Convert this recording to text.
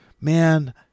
man